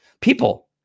people